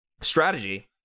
strategy